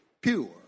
pure